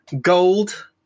Gold